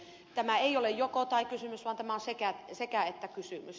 tämä ei ole jokotai kysymys vaan tämä on sekäettä kysymys